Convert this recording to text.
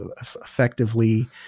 effectively